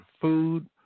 food